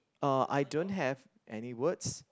uh I don't have any words